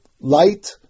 light